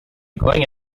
going